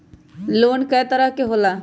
Loan कय तरह के होला?